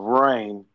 rain